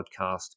podcast